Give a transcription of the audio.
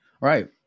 Right